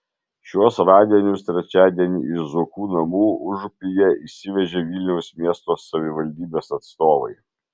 šiuos radinius trečiadienį iš zuokų namų užupyje išsivežė vilniaus miesto savivaldybės atstovai